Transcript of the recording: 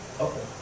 Okay